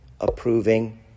approving